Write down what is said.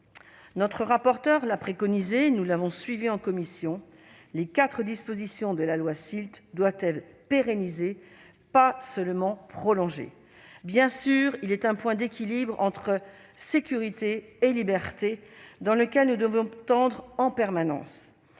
Notre rapporteur l'a préconisé, et nous l'avons suivi en commission : les quatre dispositions de la loi SILT doivent être pérennisées, et non seulement prolongées ! Bien sûr, il existe un point d'équilibre entre sécurité et liberté, vers lequel nous devons tendre en permanence.